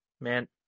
Man